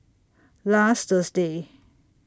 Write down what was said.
last Thursday